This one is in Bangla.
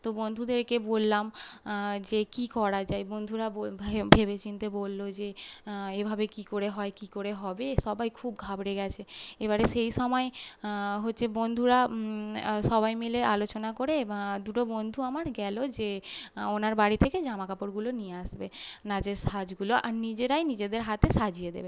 তো বন্ধুদেরকে বললাম যে কী করা যায় বন্ধুরা বলল ভেবেচিন্তে বলল যে এভাবে কী করে হয় কী করে হবে সবাই খুব ঘাবড়ে গিয়েছে এবারে সেই সময় হচ্ছে বন্ধুরা সবাই মিলে আলোচনা করে এবার দুটো বন্ধু আমার গেল যে ওনার বাড়ি থেকে জামাকাপড়গুলো নিয়ে আসবে নাচের সাজগুলো আর নিজেরাই নিজেদের হাতে সাজিয়ে দেবে